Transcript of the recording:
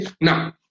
Now